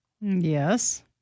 Yes